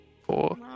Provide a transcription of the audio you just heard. Four